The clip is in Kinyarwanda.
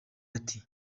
ati